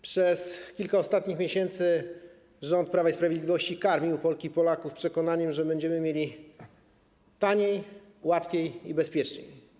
Przez kilka ostatnich miesięcy rząd Prawa i Sprawiedliwości karmił Polki i Polaków przekonaniem, że będziemy mieli taniej, łatwiej i bezpiecznej.